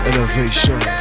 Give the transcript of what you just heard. Elevation